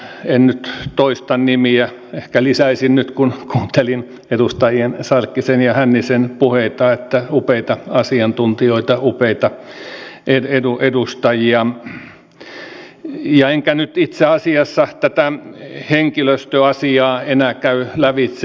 en nyt toista nimiä ehkä lisäisin nyt kun kuuntelin edustajien sarkkinen ja hänninen puheita että upeita asiantuntijoita upeita edustajia enkä nyt itse asiassa tätä henkilöstöasiaa enää käy lävitse